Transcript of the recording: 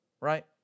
right